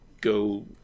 go